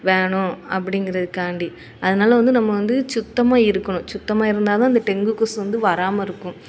வேணும் அப்படிங்கிறதுக்காண்டி அதனால் வந்து நம்ம வந்து சுத்தமாக இருக்கணும் சுத்தமாக இருந்தால் தான் அந்த டெங்கு கொசு வந்து வராமல் இருக்கும்